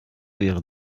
wäre